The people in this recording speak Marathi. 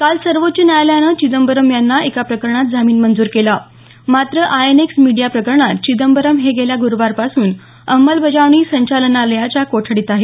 काल सर्वोच्च न्यायालयाने चिदंबरम यांना एका प्रकरणात जामीन मंजूर केला मात्र आयएनएक्स मीडिया प्रकरणात चिदंबरम हे गेल्या ग्रुवापासून अंमलबजावणी संचालनालयाच्या कोठडीत आहेत